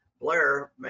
Blair